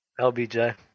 LBJ